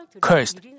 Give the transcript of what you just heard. cursed